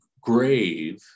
grave